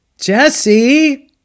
Jesse